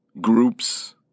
groups